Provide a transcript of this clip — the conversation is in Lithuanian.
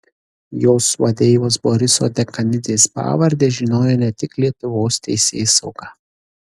jos vadeivos boriso dekanidzės pavardę žinojo ne tik lietuvos teisėsauga